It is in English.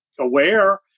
aware